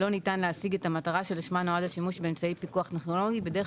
"לא ניתן להשיג את המטרה שלשמה נועד השימוש באמצעי פיקוח טכנולוגי בדרך